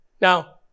Now